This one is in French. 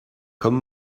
comme